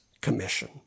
commission